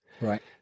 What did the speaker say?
Right